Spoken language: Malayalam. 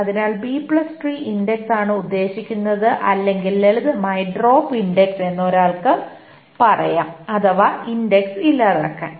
അതിനാൽ B tree B tree index ആണ് ഉദ്ദേശിക്കുന്നത് അല്ലെങ്കിൽ ലളിതമായി ഡ്രോപ്പ് ഇൻഡക്സ് എന്ന് ഒരാൾക്ക് പറയാം അഥവാ ഇൻഡെക്സ് ഇല്ലാതാക്കാൻ